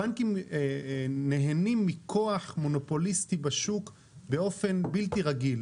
הבנקים הם נהנים מכוח מונופוליסטי בשוק באופן בלתי רגיל.